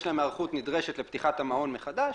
יש להם היערכות נדרשת לפתיחת המעון מחדש,